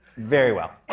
very well.